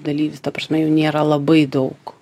dalyvis ta prasme jų nėra labai daug